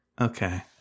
Okay